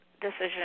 decision